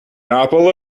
apple